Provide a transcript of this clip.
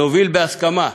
נוביל בהסכמה.